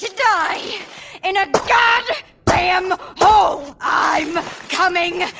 die in a god damn hole! i'm coming